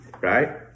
right